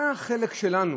מה החלק שלנו,